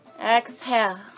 Exhale